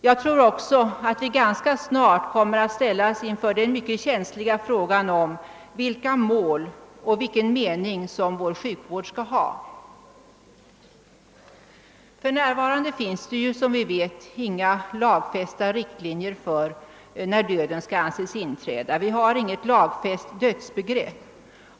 Jag tror också att vi ganska snart kommer att ställas inför den mycket känsliga frågan om vilka mål och vilken mening som vår sjukvård skall ha. För närvarande finns inga lagfästa riktlinjer för när döden skall anses inträda. Vi har med andra ord inget lagfäst dödsbegrepp.